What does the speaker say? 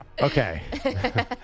Okay